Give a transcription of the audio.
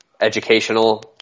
educational